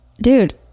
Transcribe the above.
dude